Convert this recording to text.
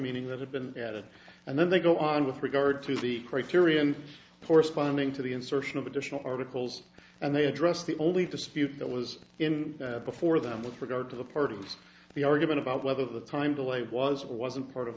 meaning that have been added and then they go on with regard to the criterion corresponding to the insertion of additional articles and they address the only dispute that was in before them with regard to the part of the argument about whether the time delay was or wasn't part of